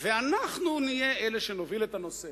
ואנחנו נהיה אלה שנוביל את הנושא,